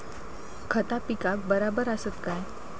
खता पिकाक बराबर आसत काय?